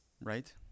Right